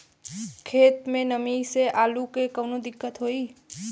खेत मे नमी स आलू मे कऊनो दिक्कत होई?